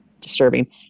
disturbing